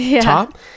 top